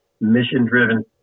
mission-driven